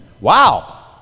Wow